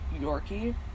Yorkie